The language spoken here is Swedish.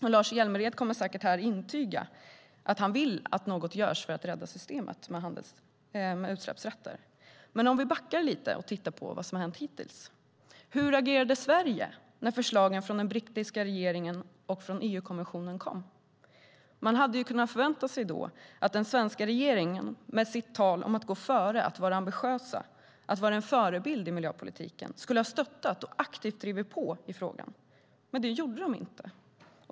Men Lars Hjälmered kommer säkert att intyga att han vill att något görs för att rädda systemet med utsläppsrätter. Om vi backar lite och tittar på vad som har hänt hittills: Hur agerade Sverige när förslagen från den brittiska regeringen och från EU-kommissionen kom? Man hade ju kunnat förvänta sig att den svenska regeringen, med sitt tal om att gå före, att vara ambitiös och att vara en förebild i miljöpolitiken, skulle ha stöttat och aktivt drivit på i frågan. Men det gjorde de inte.